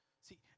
See